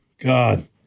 God